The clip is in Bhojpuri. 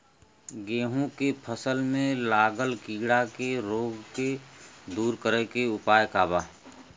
गेहूँ के फसल में लागल कीड़ा के रोग के दूर करे के उपाय का बा?